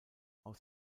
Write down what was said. aus